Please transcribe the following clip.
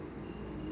okay